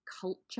culture